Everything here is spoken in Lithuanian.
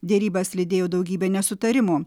derybas lydėjo daugybė nesutarimų